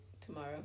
tomorrow